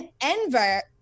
enver